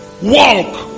Walk